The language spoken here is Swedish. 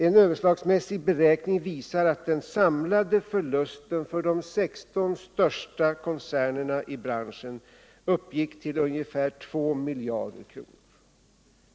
En överslagsmässig beräkning visar att den samlade förlusten för de 16 största koncernerna i branschen uppgick till ungefär 2 miljarder kronor.